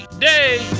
day